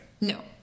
No